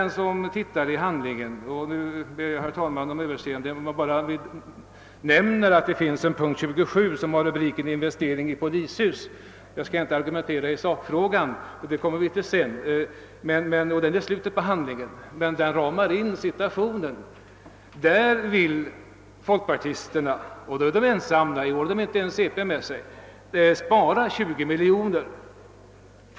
Nu ber jag, herr talman, om överseende, om jag bara nämner, att det finns en punkt 27 som gäller investering i polishus — jag skall inte argumentera i sakfrågan, det kommer vi till senare i slutet av behandlingen av denna huvudtitel. Jag nämner emellertid denna punkt, därför att det ger en helhetsbild av folkpartisternas ståndpunkt i fråga om polisens resurser. På den punkten är folkpartisterna ensamma om att vilja spara 20 miljoner kronor — de har inte ens centerpartiet med sig därvidlag.